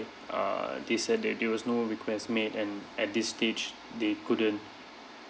err they said that there was no request made and at this stage they couldn't